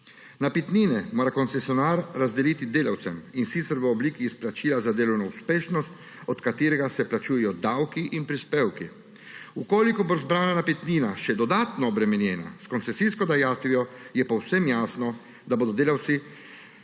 Napitnine mora koncesionar razdeliti delavcem, in sicer v obliki izplačila za delovno uspešnost, od katerega se plačujejo davki in prispevki. Če bo zbrana napitnina še dodatno obremenjena s koncesijsko dajatvijo, je povsem jasno, da bodo delavci